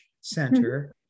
center